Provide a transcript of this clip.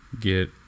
get